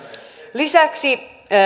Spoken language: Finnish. lisäksi